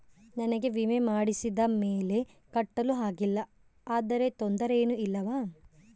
ನಮಗೆ ವಿಮೆ ಮಾಡಿಸಿದ ಮೇಲೆ ಕಟ್ಟಲು ಆಗಿಲ್ಲ ಆದರೆ ತೊಂದರೆ ಏನು ಇಲ್ಲವಾ?